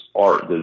art